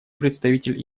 представитель